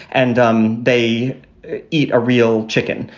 and um they eat a real chicken.